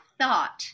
thought